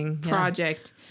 project